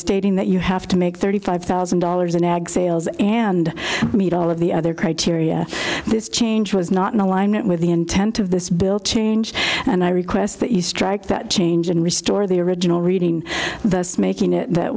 stating that you have to make thirty five thousand dollars in ag sales and meet all of the other criteria this change was not in alignment with the intent of this bill change and i request that you strike that change and restore the original reading the us making it that